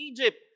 Egypt